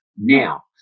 now